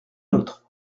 autre